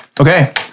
Okay